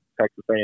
Texas